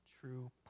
true